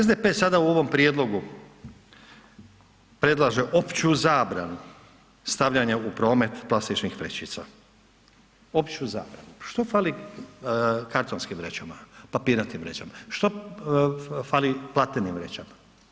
SDP sada u ovom prijedlogu predlaže opću zabranu stavljanja u promet plastičnih vrećica, opću zabranu, što fali kartonskim vrećama, papirnatim vrećama, što fali platnenim vrećama?